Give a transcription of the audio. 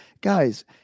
guys